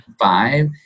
five